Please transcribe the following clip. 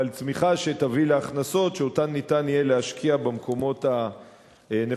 אבל צמיחה שתביא להכנסות שאותן ניתן יהיה להשקיע במקומות הנכונים.